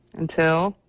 until.